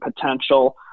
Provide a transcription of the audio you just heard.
potential